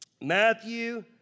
Matthew